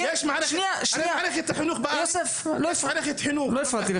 הרי מערכת החינוך בארץ היא מערכת חינוך ממלכתי,